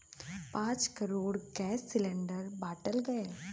पाँच crore gas cylinder बाँटल गएल